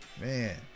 man